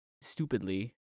stupidly